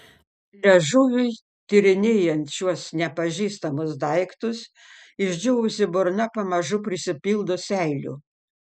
liežuviui tyrinėjant šiuos nepažįstamus daiktus išdžiūvusi burna pamažu prisipildo seilių